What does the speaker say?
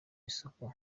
isoko